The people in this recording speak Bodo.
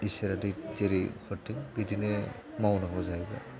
इसोरा जेरै हरदों बिदिनो मावनांगौ जाहैबाय